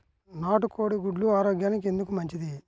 నాటు కోడి గుడ్లు ఆరోగ్యానికి ఎందుకు మంచిది?